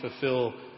fulfill